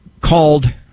called